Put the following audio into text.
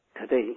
Today